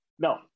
No